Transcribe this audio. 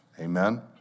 Amen